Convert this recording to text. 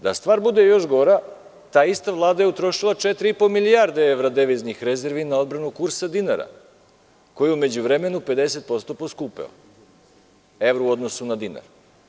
Da stvar bude još gora, ta ista Vlada je utrošila 4,5 milijarde evra deviznih rezervi na odbranu kursa dinara koji je u međuvremenu 50% poskupeo, evro u odnosu na dinar.